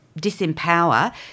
disempower